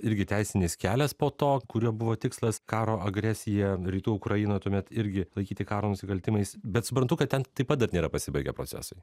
irgi teisinis kelias po to kurio buvo tikslas karo agresija rytų ukrainoj tuomet irgi laikyti karo nusikaltimais bet suprantu kad ten taip pat dar nėra pasibaigę procesai